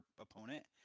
opponent